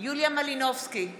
יוליה מלינובסקי קונין,